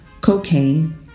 cocaine